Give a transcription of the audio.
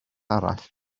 arall